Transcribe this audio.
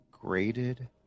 graded